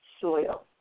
soil